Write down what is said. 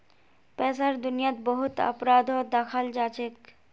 पैसार दुनियात बहुत अपराधो दखाल जाछेक